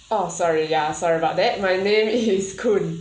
oh sorry ya sorry about that my name is koon